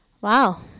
Wow